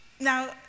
now